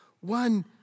One